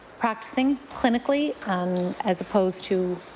practicing clinically um as opposed to